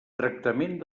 tractament